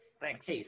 thanks